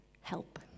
Help